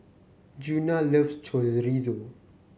Djuna loves Chorizo